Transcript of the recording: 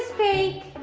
fake.